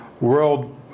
world